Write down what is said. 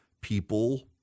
people